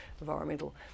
environmental